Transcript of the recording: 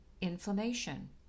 Inflammation